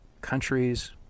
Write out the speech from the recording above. countries